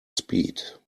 speed